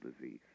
disease